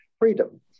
freedom